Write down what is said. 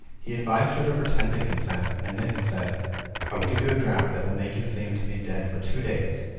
he advised her to pretend to consent, and then he said i will give you a draught that will make you seem to be dead for two days,